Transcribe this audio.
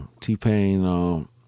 T-Pain